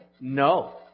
No